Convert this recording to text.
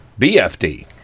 BFD